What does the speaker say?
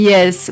Yes